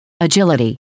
Agility